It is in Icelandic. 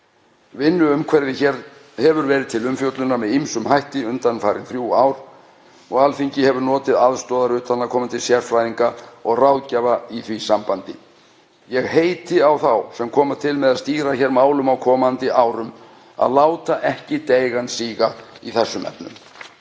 Vinnuumhverfið hér hefur verið til umfjöllunar með ýmsum hætti undanfarin þrjú ár og Alþingi hefur notið aðstoðar utanaðkomandi sérfræðinga og ráðgjafa í því sambandi. Ég heiti á þá sem koma til með að stýra hér málum á komandi árum að láta ekki deigan síga í þeim efnum.